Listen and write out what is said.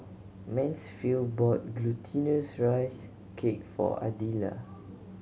Mansfield bought Glutinous Rice Cake for Idella